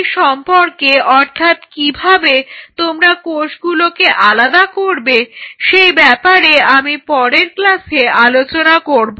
সেই সম্পর্কে অর্থাৎ কিভাবে তোমরা কোষগুলোকে আলাদা করবে সেই ব্যাপারে আমি পরের ক্লাসে আলোচনা করব